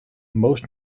most